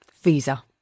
Visa